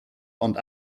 ond